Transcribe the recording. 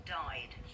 died